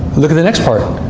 look at the next part.